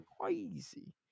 crazy